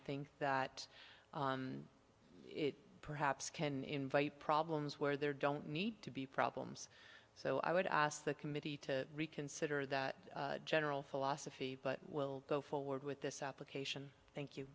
think that it perhaps can invite problems where there don't need to be problems so i would ask the committee to reconsider that general philosophy but we'll go forward with this application thank you